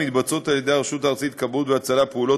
מתבצעות על ידי הרשות הארצית לכבאות והצלה פעולות